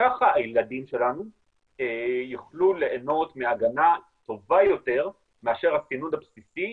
וכך הילדים שלנו יוכלו ליהנות מהגנה טובה יותר מאשר הסינון הבסיסי